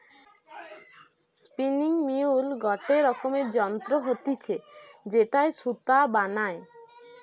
spinning mule গটে রকমের যন্ত্র হতিছে যেটায় সুতা বানায়